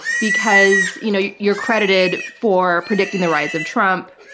because you know you're credited for predicting the rise of trump,